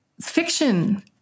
fiction